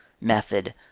method